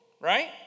right